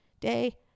day